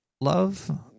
Love